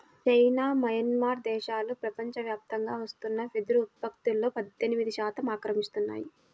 China, Myanmar దేశాలు ప్రపంచవ్యాప్తంగా వస్తున్న వెదురు ఉత్పత్తులో పద్దెనిమిది శాతం ఆక్రమిస్తున్నాయి